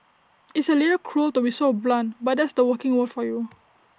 it's A little cruel to be so blunt but that's the working world for you